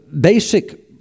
basic